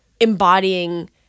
embodying